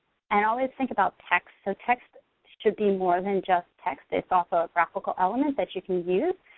and always think about text. so text should be more than just text, it's also a graphical element that you can use.